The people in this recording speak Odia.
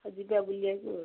ବୁଲିଆ